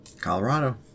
Colorado